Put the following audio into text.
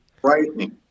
Frightening